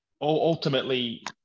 ultimately